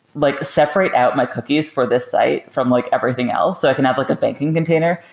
like separate out my cookies for this site from like everything else so i can have like a banking container.